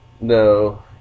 No